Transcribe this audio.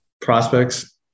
prospects